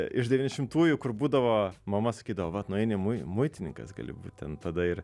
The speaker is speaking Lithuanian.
iš devyniasdešimųjų kur būdavo mama sakydavo vat nueini mui muitininkas gali būt ten tada ir